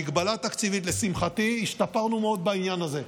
המגבלה התקציבית, לשמחתי השתפרנו מאוד בעניין הזה.